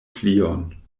plion